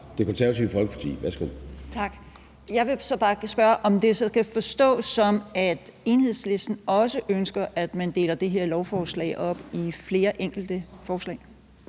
Kl. 11:26 Helle Bonnesen (KF): Tak. Jeg vil så bare spørge, om det så skal forstås som, at Enhedslisten også ønsker, at man deler det her lovforslag op i flere enkelte forslag.